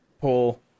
pull